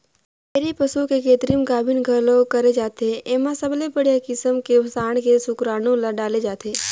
dairy के पसू के कृतिम गाभिन घलोक करे जाथे, एमा सबले बड़िहा किसम के सांड के सुकरानू ल डाले जाथे